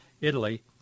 Italy